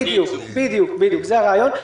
בדיוק, זה הרעיון.